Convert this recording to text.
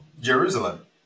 Jerusalem